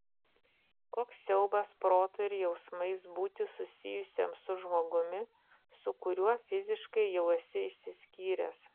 koks siaubas protu ir jausmais būti susijusiam su žmogumi su kuriuo fiziškai jau esi išsiskyręs